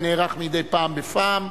הנערך מדי פעם בפעם.